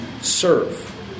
serve